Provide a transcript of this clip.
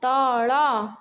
ତଳ